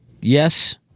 yes